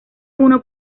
uno